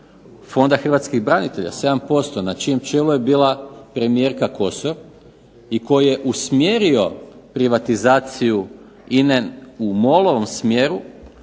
Fonda hrvatskih branitelja 7% na čijem čelu je bila premijerka Kosor i koji je usmjerio privatizaciju INA-e u MOL-ovm smjeru